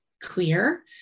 clear